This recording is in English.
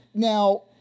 Now